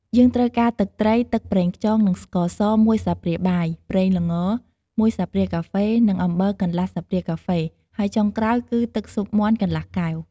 យើងត្រូវការទឹកត្រី ទឹកប្រេងខ្យង និងស្ករស មួយស្លាបព្រាបាយ ប្រេងល្ង មួយស្លាបព្រាកាហ្វេ និងអំបិលកន្លះស្លាបព្រាកាហ្វេ ហើយចុងក្រោយគឺ ទឹកស៊ុបមាន់កន្លះកែវ។